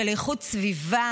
של איכות סביבה.